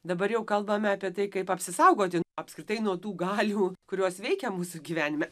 dabar jau kalbame apie tai kaip apsisaugoti apskritai nuo tų galių kurios veikia mūsų gyvenime